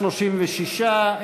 36,